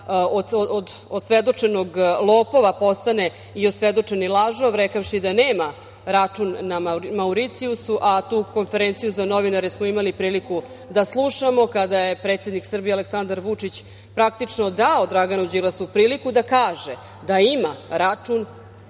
od osvedočenog lopova postane i osvedočeni lažov, rekavši da nema račun na Mauricijusu, a tu konferenciju za novinare smo imali priliku da slušamo kada je predsednik Srbije Aleksandar Vučić, praktično, dao Draganu Đilasu priliku da kaže da ima račun,